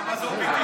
למה לא ועדת,